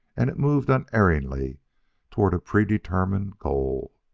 and it moved unerringly toward a predetermined goal.